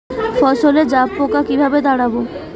ফসলে জাবপোকা কিভাবে তাড়াব?